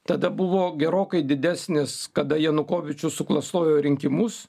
tada buvo gerokai didesnis kada janukovyčius suklastojo rinkimus